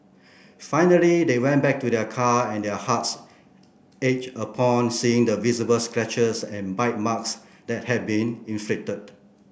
finally they went back to their car and their hearts upon seeing the visible scratches and bite marks that had been inflicted